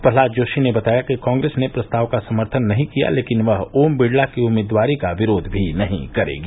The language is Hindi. प्रहलाद जोशी ने बताया कि कांग्रेस ने प्रस्ताव का समर्थन नहीं किया लेकिन वह ओम बिड़ला की उम्मीदवारी का विरोध भी नहीं करेगी